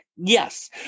Yes